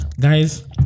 Guys